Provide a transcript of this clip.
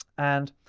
and